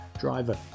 driver